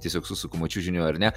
tiesiog susukamu čiužinių ar ne